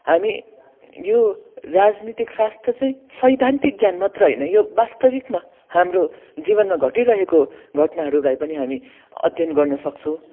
हामी यो राजनीतिकशास्त्र चाहिँ सैद्धान्तिक ज्ञान मात्र होइन यो वास्तविकमा हाम्रो जीवनमा घटिरहेको घटनाहरूलाई पनि हामी अध्ययन गर्नुसक्छौँ